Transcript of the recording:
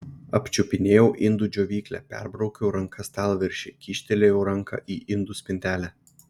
apčiupinėjau indų džiovyklę perbraukiau ranka stalviršį kyštelėjau ranką į indų spintelę